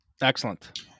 Excellent